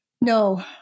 No